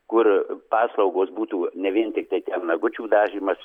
kur paslaugos būtų ne vien tiktai ten nagučių dažymas